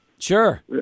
Sure